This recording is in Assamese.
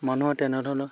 মানুহৰ তেনেধৰণৰ